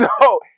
No